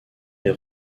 les